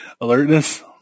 alertness